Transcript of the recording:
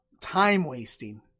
time-wasting